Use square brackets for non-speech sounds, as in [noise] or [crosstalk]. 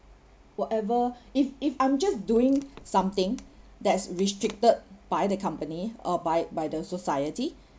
whatever [breath] if if I'm just doing [breath] something [breath] that's restricted by the company uh by by the society